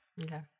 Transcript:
Okay